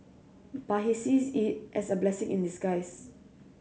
but he sees it as a blessing in disguise